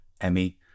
Emmy